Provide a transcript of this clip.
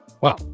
Wow